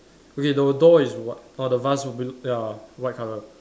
okay the door is whi~ orh the vase will be ya white colour